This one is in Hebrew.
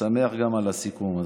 שמח גם על הסיכום הזה.